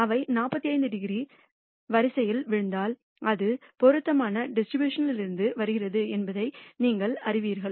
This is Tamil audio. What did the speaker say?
அவை 45 டிகிரி வரிசையில் விழுந்தால் அது பொருத்தமான டிஸ்ட்ரிபியூஷன் லிருந்து வருகிறது என்பதை நீங்கள் அறிவீர்கள்